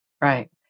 right